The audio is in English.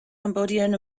cambodian